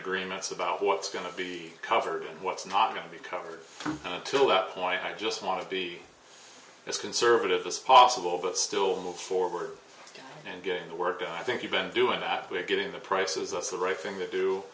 agreements about what's going to be covered and what's not going to be covered until that point i just want to be this conservative this possible but still move forward and get in the work i think you've been doing that we're getting the prices of the right thing to do